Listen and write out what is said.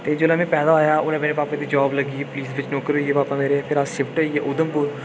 ते जुल्लै में पैदा होए आ उसलै मेरे पापा दी जाॅब लग्गी ई पुलिस बिच्च नौकर होई गे पापा मेरे फिर अस शिफ्ट होई गे उधमपुर